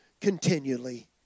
continually